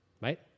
right